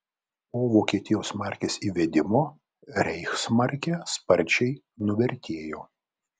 po vokietijos markės įvedimo reichsmarkė sparčiai nuvertėjo